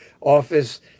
office